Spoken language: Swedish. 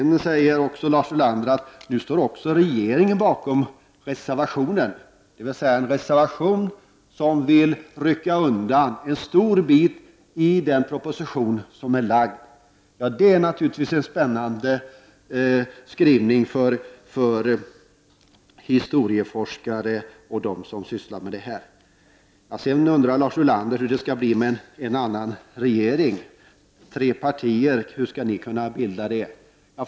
Nu säger Lars Ulander att också regeringen står bakom reservationen, dvs. en reservation som vill rycka undan en stor bit i den proposition som är framlagd. Detta är naturligtvis en spännande sak för kommande historieforskare. Lars Ulander undrar hur det skall bli med en annan regering. Hur skall tre partier kunna bilda regering?